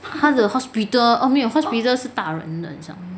她的 hospital oh 没有 hospital 是大人好像